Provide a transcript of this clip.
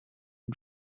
une